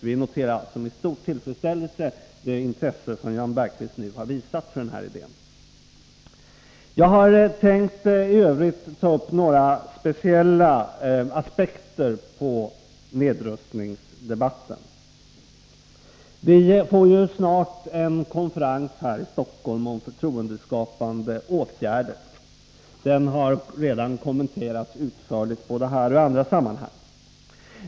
Vi noterar med stor tillfredsställelse det intresse som Jan Bergqvist nu visat för idén. I övrigt har jag tänkt ta upp några speciella aspekter på nedrustningsdebatten. Vi får snart en konferens här i Stockholm om förtroendeskapande åtgärder. Den har redan kommenterats utförligt både här och i andra sammanhang.